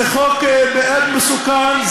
זה חוק מאוד מסוכן,